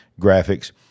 graphics